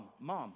mom